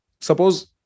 suppose